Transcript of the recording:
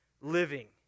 living